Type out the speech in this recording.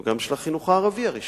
וגם של החינוך הערבי הרשמי.